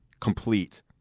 complete